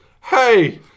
hey